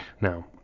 Now